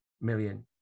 million